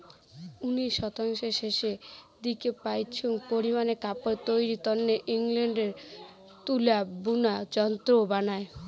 উনিশ শতকের শেষের দিকে প্রচুর পারিমানে কাপড় তৈরির তন্নে ইংল্যান্ডে তুলা বুনা যন্ত্র বানায়